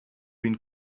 been